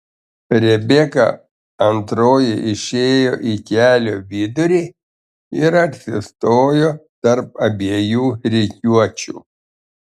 rebeka antroji išėjo į kelio vidurį ir atsistojo tarp abiejų rikiuočių